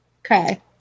Okay